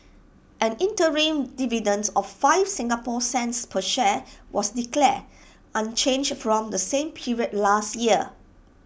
an interim dividend of five Singapore cents per share was declared unchanged from the same period last year